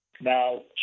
Now